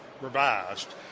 revised